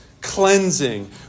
cleansing